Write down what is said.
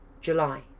July